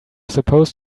supposed